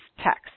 text